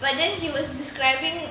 but then he was describing